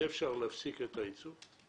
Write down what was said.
אי אפשר להפסיק את הייצור,